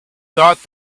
thought